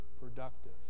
productive